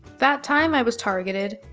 that time i was targeted.